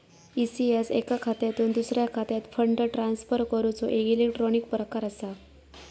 ECS एका खात्यातुन दुसऱ्या खात्यात फंड ट्रांसफर करूचो एक इलेक्ट्रॉनिक प्रकार असा